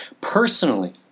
personally